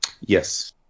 Yes